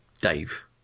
Dave